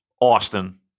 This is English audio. Austin